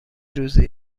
روزی